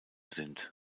sind